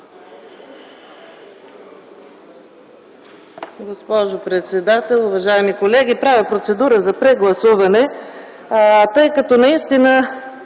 Госпожо председател, уважаеми колеги! Правя процедура за прегласуване, тъй като наистина